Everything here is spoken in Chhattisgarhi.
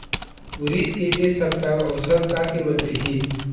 उरीद के ए सप्ता औसत का कीमत रिही?